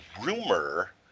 rumor